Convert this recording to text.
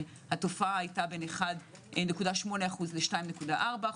התופעה היתה בין 1.8% ל-2.4%,